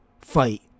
Fight